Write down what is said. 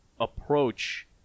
approach